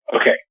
Okay